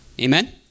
Amen